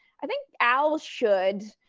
i think al should.